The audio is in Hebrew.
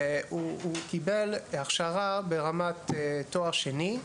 הוא קיבל הכשרה ברמת תואר שני,